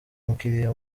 umukiriya